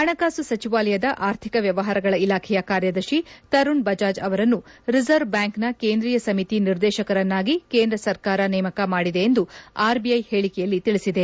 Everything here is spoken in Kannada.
ಹಣಕಾಸು ಸಚಿವಾಲಯದ ಆರ್ಥಿಕ ವ್ಯವಹಾರಗಳ ಇಲಾಖೆಯ ಕಾರ್ಯದರ್ಶಿ ತರುಣ್ ಬಜಾಜ್ ಅವರನ್ನು ರಿಸರ್ವ್ ಬ್ನಾಂಕ್ನ ಕೇಂದ್ರಿಯ ಸಮಿತಿ ನಿರ್ದೇಶಕರನ್ನಾಗಿ ಕೇಂದ್ರ ಸರ್ಕಾರ ನೇಮಕ ಮಾಡಿದೆ ಎಂದು ಆರ್ಬಿಐ ಹೇಳಿಕೆಯಲ್ಲಿ ತಿಳಿಸಿದೆ